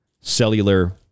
cellular